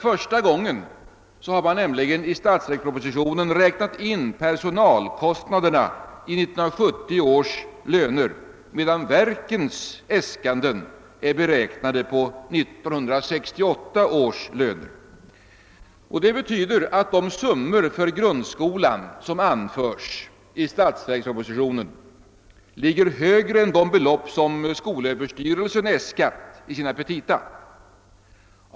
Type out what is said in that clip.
Denna gång har man nämligen i statsverkspropositionen räknat in = personalkostnaderna på grundval av 1970 års löner, medan verkens äskanden är beräknade på basis av 1968 års löner. Detta betyder att de i statsverkspropositionen uppgivna summorna för grundskolan ligger högre än de belopp som skolöverstyrelsen äskat i sina petita.